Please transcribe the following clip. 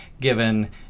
given